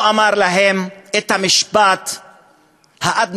הוא אמר להם את המשפט האדנותי,